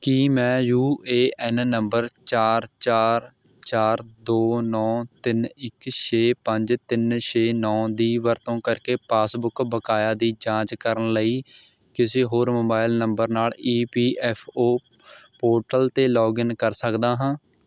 ਕੀ ਮੈਂ U A N number ਚਾਰ ਚਾਰ ਚਾਰ ਦੋ ਨੌ ਤਿੰਨ ਇੱਕ ਛੇ ਪੰਜ ਤਿੰਨ ਛੇ ਨੌ ਦੀ ਵਰਤੋਂ ਕਰਕੇ ਪਾਸਬੁੱਕ ਬਕਾਇਆ ਦੀ ਜਾਂਚ ਕਰਨ ਲਈ ਕਿਸੇ ਹੋਰ ਮੋਬਾਇਲ ਨੰਬਰ ਨਾਲ਼ E P F O portal 'ਤੇ ਲੌਗਇਨ ਕਰ ਸਕਦਾ ਹਾਂ